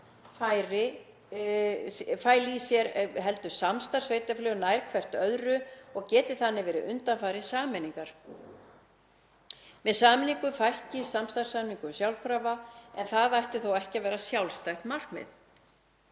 í sjálfu sér heldur færi það samstarfssveitarfélög nær hvert öðru og geti þannig verið undanfari sameiningar. Með sameiningu fækki samstarfssamningum sjálfkrafa en það ætti þó ekki að vera sjálfstætt markmið.